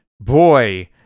boy